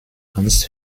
ganz